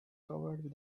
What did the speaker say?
covered